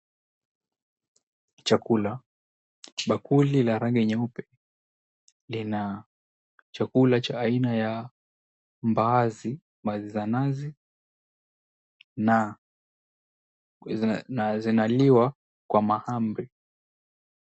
Chakula. Bakuli la rangi nyeupe lina chakula cha aina ya mbaazi za nazi na zinaliwa kwa mahamri.